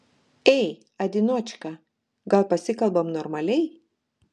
ei adinočka gal pasikalbam normaliai